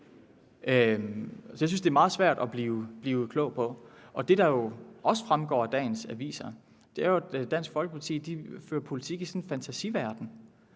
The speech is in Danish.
Så jeg synes, det er meget svært at blive klog på. Det, der også fremgår af dagens aviser, er jo, at Dansk Folkeparti fører politik i sådan en fantasiverden,